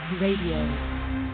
Radio